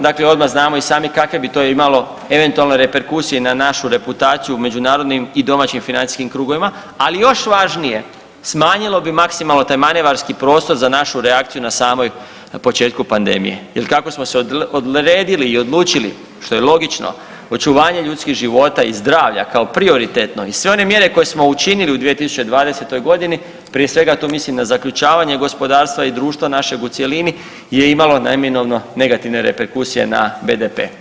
Dakle, odmah znamo i sami kakve bi to imalo eventualne reperkusije na našu reputaciju u međunarodnim i domaćim financijskim krugovima, ali još važnije smanjilo bi maksimalno taj manevarski prostor za našu reakciju na samoj početku pandemije jer kako smo se odredili i odlučili što je logično, očuvanje ljudskih života i zdravlja kao prioritetno i sve one mjere koje smo učinili u 2020. godini, prije svega tu mislim na zaključavanje gospodarstva i društva našeg u cjelini je imalo neminovno negativne reperkusije na BDP.